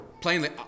plainly